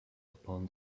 upon